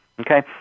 Okay